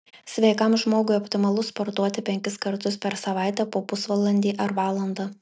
sveikam žmogui optimalu sportuoti penkis kartus per savaitę po pusvalandį ar valandą